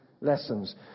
lessons